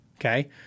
okay